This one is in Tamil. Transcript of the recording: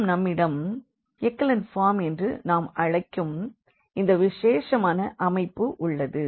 மற்றும் நம்மிடம் எக்கலன் ஃபார்ம் என்று நாம் அழைக்கும் இந்த விசேஷமான அமைப்பு உள்ளது